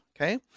Okay